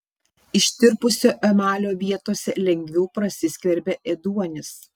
ištirpusio emalio vietose lengviau prasiskverbia ėduonis